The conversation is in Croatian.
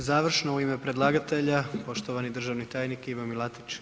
I završno u ime predlagatelja poštovani državni tajnik Ivo Milatić.